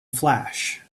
flash